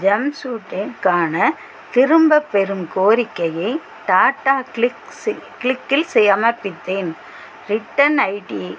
ஜம்ப்சூட்டிற்கான திரும்பப்பெறும் கோரிக்கையை டாடா க்ளிக்ஸ் இல் க்ளிக்கில் சமர்ப்பித்தேன் ரிட்டர்ன் ஐடி